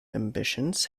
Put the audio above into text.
ambitions